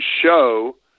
show